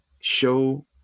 show